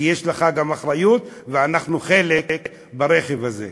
כי יש לך גם אחריות, ואנחנו חלק ברכב הזה.